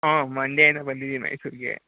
ಹಾಂ ಮಂಡೆ ಏನೋ ಬಂದಿದೀನಿ ಮೈಸೂರಿಗೆ